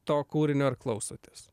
to kūrinio ir klausotės